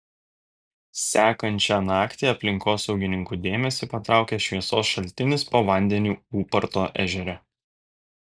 sekančią naktį aplinkosaugininkų dėmesį patraukė šviesos šaltinis po vandeniu ūparto ežere